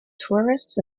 tourists